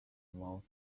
most